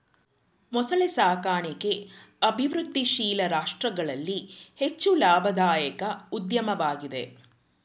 ಮೊಸಳೆ ಸಾಕಣಿಕೆ ಅಭಿವೃದ್ಧಿಶೀಲ ರಾಷ್ಟ್ರಗಳಲ್ಲಿ ಹೆಚ್ಚು ಲಾಭದಾಯಕ ಉದ್ಯಮವಾಗಿದೆ